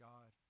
God